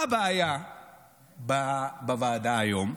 מה הבעיה בוועדה היום?